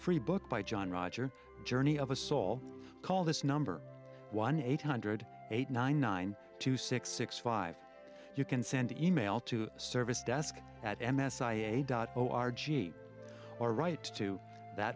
free book by john roger journey of a soul call this number one eight hundred eight nine nine two six six five you can send e mail to service desk at m s i e dot au our gene or right to that